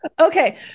Okay